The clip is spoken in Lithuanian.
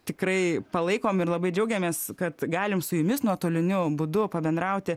tikrai palaikom ir labai džiaugiamės kad galim su jumis nuotoliniu būdu pabendrauti